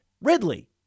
Ridley